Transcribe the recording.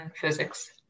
physics